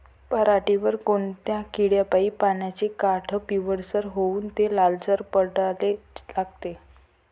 पऱ्हाटीवर कोनत्या किड्यापाई पानाचे काठं पिवळसर होऊन ते लालसर पडाले लागते?